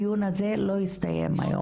הדיון הזה לא הסתיים היום,